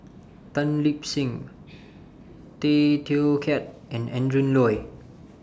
Tan Lip Seng Tay Teow Kiat and Adrin Loi